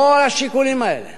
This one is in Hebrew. כל השיקולים האלה